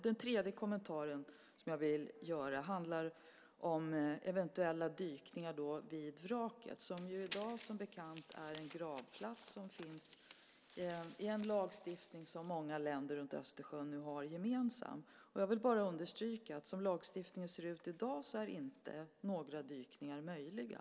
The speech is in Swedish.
Den tredje kommentaren jag vill göra handlar om eventuella dykningar vid vraket, som i dag som bekant är en gravplats enligt en lagstiftning som många länder runt Östersjön nu har gemensamt. Jag vill bara understryka att som lagstiftningen i dag ser ut är inte några dykningar möjliga.